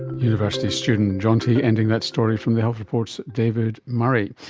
university student jeanti ending that story from the health report's david murray.